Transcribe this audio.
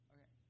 Okay